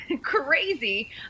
crazy